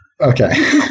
Okay